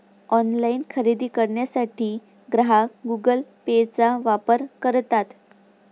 online खरेदी करण्यासाठी ग्राहक गुगल पेचा वापर करतात